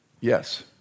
Yes